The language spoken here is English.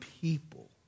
people